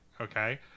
okay